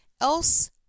else